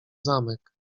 zamek